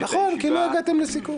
נכון, כי לא הגעתם לסיכום.